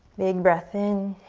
big breath in,